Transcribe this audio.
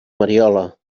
mariola